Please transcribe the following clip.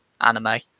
anime